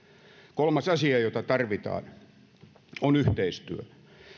kolmas asia jota tarvitaan on yhteistyö